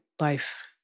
life